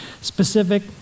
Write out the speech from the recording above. specific